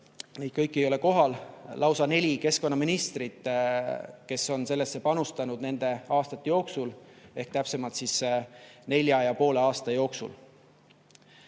kõiki ei ole kohal – lausa neli keskkonnaministrit, kes on sellesse panustanud nende aastate jooksul ehk täpsemalt nelja ja poole aasta jooksul. Lisaks,